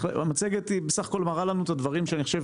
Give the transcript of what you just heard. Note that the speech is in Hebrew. המצגת בסך הכול מראה לנו דברים שאני חושב